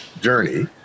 journey